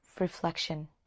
reflection